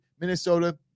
Minnesota